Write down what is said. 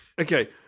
okay